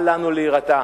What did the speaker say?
אל לנו להירתע.